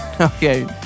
Okay